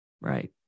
right